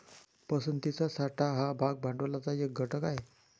पसंतीचा साठा हा भाग भांडवलाचा एक घटक आहे